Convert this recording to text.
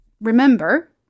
remember